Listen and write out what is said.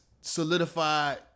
solidified